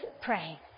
pray